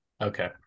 Okay